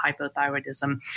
hypothyroidism